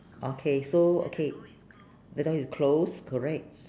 okay so okay the door is close correct